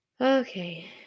Okay